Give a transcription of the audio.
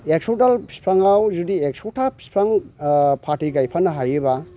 एक्स' दाल फिफाङाव जुदि एक्स'था फिफां फाथै गायफानो हायोबा